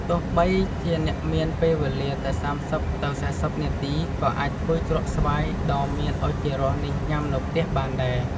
ទោះបីជាអ្នកមានពេលវេលាតែ៣០ ទៅ៤០នាទីក៏អាចធ្វើជ្រក់ស្វាយដ៏មានឱជារសនេះញុំានៅផ្ទះបានដែរ។